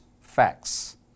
facts